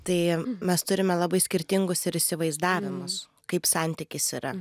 tai mes turime labai skirtingus ir įsivaizdavimus kaip santykis yra